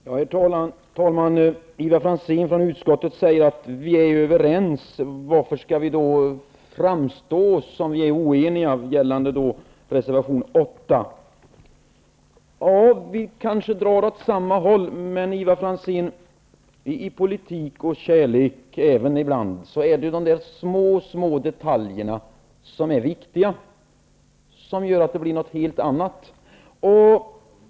Herr talman! Ivar Franzén från utskottet säger: Vi är ju överens, varför skall vi då framstå som oeniga när det gäller reservation 8? Vi drar kanske åt samma håll. Men i politik och kärlek är det ibland de små, små detaljerna som är viktiga, som gör att det hela blir något helt annat.